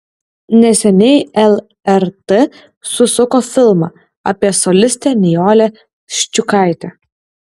neseniai lrt susuko filmą apie solistę nijolę ščiukaitę